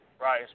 right